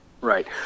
Right